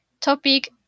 topic